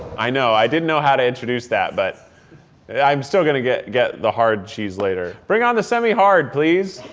i know, i didn't know how to introduce that, but i'm still going to get get the hard cheese later. bring on the semi-hard, please.